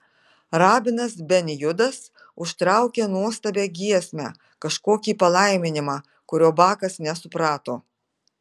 rabinas ben judas užtraukė nuostabią giesmę kažkokį palaiminimą kurio bakas nesuprato